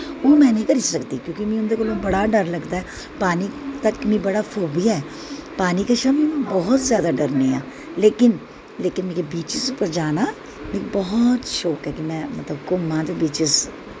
ओह् में निं करी सकदी क्योंकि ओह्दे कोला दा मिगी बड़ा डर लगदा ऐ पानी दा मिगी बड़ा फोबिया ऐ पानी कशा दा में बौह्त जैदा डरनी आं लेकिन लेकिन मिगी बीचीस पर जाना मिगी मतलब कि बौह्त शौंक ऐ कि में घूमा बीचीस